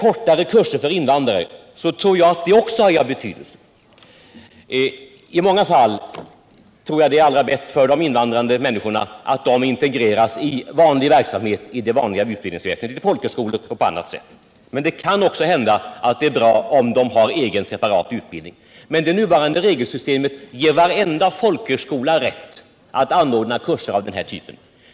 Kortare kurser för invandrare tror jag också är av betydelse. I många fall tror jag att det är allra bäst för de invandrade människorna att integreras i det vanliga utbildningsväsendet, i folkhögskolor och på annat sätt. Men det kan också hända att det är bra om de har en egen separat utbildning. Det nuvarande regelsystemet ger varenda folkhögskola rätt att ordna kurser av den här typen.